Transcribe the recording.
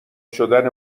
شدن